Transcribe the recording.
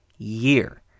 year